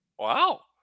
wow